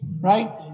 right